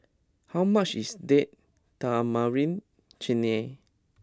how much is Date Tamarind Chutney